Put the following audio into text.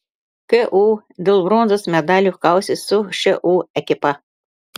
ku dėl bronzos medalių kausis su šu ekipa